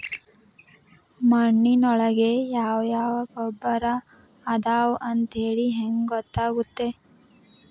ಮಣ್ಣಿನೊಳಗೆ ಯಾವ ಯಾವ ಗೊಬ್ಬರ ಅದಾವ ಅಂತೇಳಿ ಹೆಂಗ್ ಗೊತ್ತಾಗುತ್ತೆ?